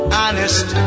honest